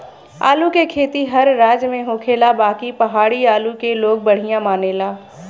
आलू के खेती हर राज में होखेला बाकि पहाड़ी आलू के लोग बढ़िया मानेला